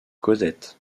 cosette